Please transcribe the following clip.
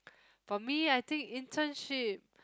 for me I think internship